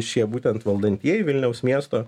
šie būtent valdantieji vilniaus miesto